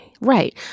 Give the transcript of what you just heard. Right